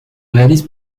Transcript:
réalise